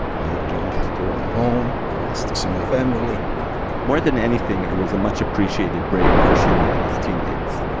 i jumped to ah home to see my family more than anything, it was a much-appreciated break for shimon and his teammates.